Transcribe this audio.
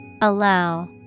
Allow